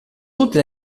utile